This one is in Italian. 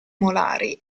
molari